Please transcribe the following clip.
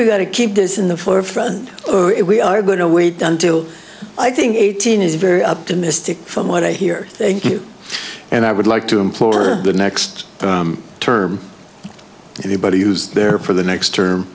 we've got to keep this in the forefront or if we are going to wait until i think eighteen is very optimistic from what i hear thank you and i would like to implore the next term anybody who's there for the next